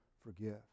forgive